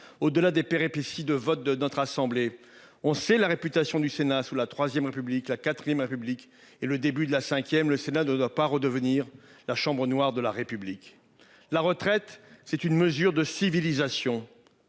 Au delà des péripéties de vote de notre assemblée. On sait la réputation du Sénat sous la IIIe République. La 4ème République et le début de la Ve. Le Sénat ne doit pas redevenir la chambre noire de la République, la retraite c'est une mesure de civilisation.